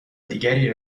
دیگری